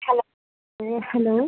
hello ഏഹ് hello